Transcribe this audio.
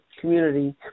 community